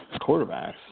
quarterbacks